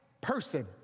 person